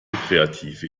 kreative